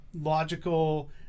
logical